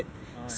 (uh huh)